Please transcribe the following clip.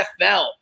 NFL